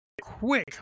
quick